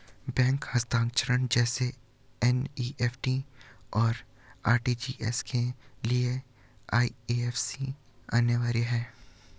bank हस्तांतरण जैसे NEFT, और आर.टी.जी.एस के लिए आई.एफ.एस.सी अनिवार्य है